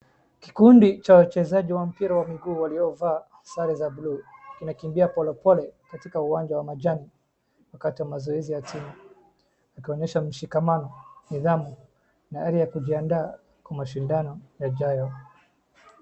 Kikundi cha wachezaji wa mpira wa miguu waliovaa sare za blue kinakimbia polepole katika uwanja wa majani wakati wa mazoezi ya timu. Akionyesha mshikamano, nidhamu na ari ya kujiandaa kwa mashindano yajayo.